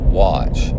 watch